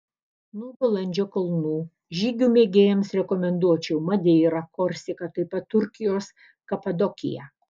nuo balandžio kalnų žygių mėgėjams rekomenduočiau madeirą korsiką taip pat turkijos kapadokiją